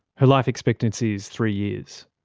her life expectancy is three years.